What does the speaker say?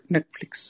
Netflix